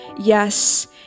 yes